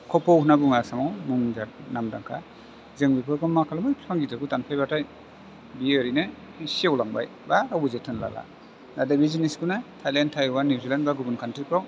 खोफौ होननानै बुङो आसामाव मुं बिराद नामदांखा जों बेफोरखौ मा खालामो बिफां गिदिरफोरखौ दानफायबाथाय बेयो ओरैनो सेवलांबाय बा रावबो जोथोन लाला नाथाय बे जिनिसखौनो थाइलेण्ड टाइवान निउजिलेण्ड बा गुबुन कानट्रिफ्राव